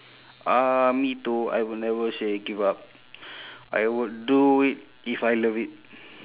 uh me too I will never say give up I would do it if I love it